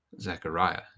Zechariah